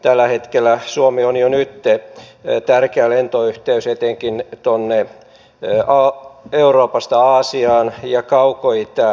tällä hetkellä suomi on jo nyt tärkeä lentoyhteys etenkin euroopasta aasiaan ja kaukoitään